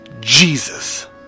Jesus